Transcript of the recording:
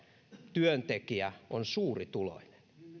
työntekijä on suurituloinen